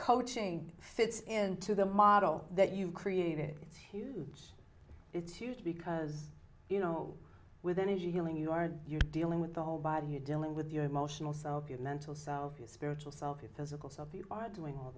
coaching fits into the model that you've created it's huge it's huge because you know with energy healing you are you're dealing with the whole body you're dealing with your emotional self your mental self your spiritual self a physical self you are doing all